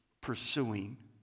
pursuing